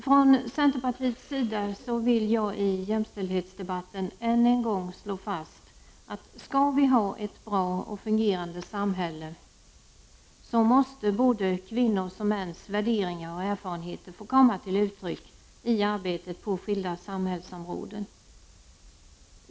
Från centerpartiets sida vill jag i jämställdhetsdebatten än en gång slå fast att om vi skall ha ett bra och fungerande samhälle, så måste både kvinnors och mäns värderingar och erfarenheter få komma till uttryck i arbetet på skilda samhällsområden.